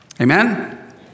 Amen